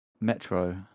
Metro